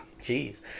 Jeez